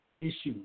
issues